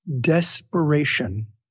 Desperation